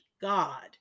God